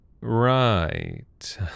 Right